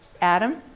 Adam